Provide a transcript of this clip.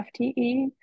FTE